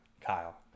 Kyle